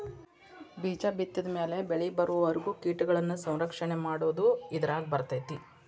ಬೇಜ ಬಿತ್ತಿದ ಮ್ಯಾಲ ಬೆಳಿಬರುವರಿಗೂ ಕೇಟಗಳನ್ನಾ ರಕ್ಷಣೆ ಮಾಡುದು ಇದರಾಗ ಬರ್ತೈತಿ